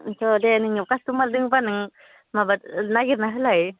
बेन्थ' दे नोंनियाव कासट'मार दोंब्ला नों माबा नागिरना होलाय